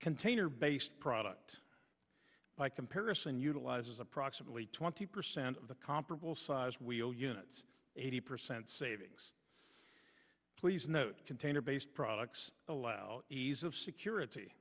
container based product by comparison utilizes approximately twenty percent of the comparable size wheel units eighty percent savings please note container based products well ease of security